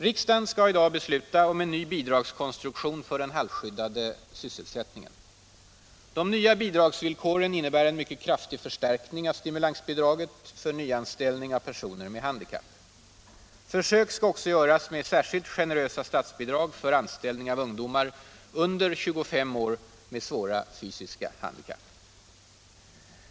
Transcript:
Riksdagen skall i dag besluta om en ny bidragskonstruktion för den halvskyddade sysselsättningen. De nya bidragsvillkoren innebär en mycket kraftig förstärkning av stimulansbidraget för nyanställning av personer med handikapp. Försök skall också göras med särskilt generösa statsbidrag för anställning av ungdomar under 25 år med svåra fysiska handikapp.